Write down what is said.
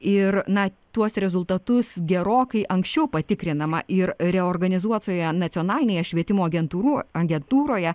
ir na tuos rezultatus gerokai anksčiau patikrinama ir reorganizuotoje nacionalinėje švietimo agentūrų agentūroje